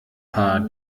paar